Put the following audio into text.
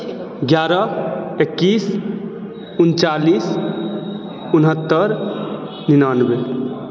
एगारह एकैस उनचालिस उन्नहत्तर निनानबे